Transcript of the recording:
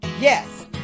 yes